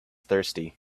thirsty